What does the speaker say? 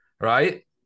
right